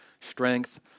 strength